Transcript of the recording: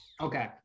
okay